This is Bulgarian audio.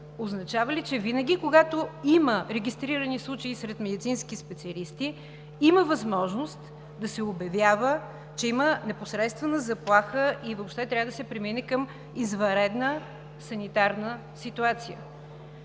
Означава ли, че винаги, когато има регистрирани случаи сред медицински специалисти, има възможност да се обявява, че има непосредствена заплаха и въобще трябва да се премине към извънредна санитарна ситуация?